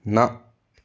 ਨਾ